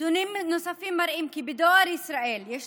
נתונים נוספים מראים כי בדואר ישראל יש